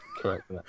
Correct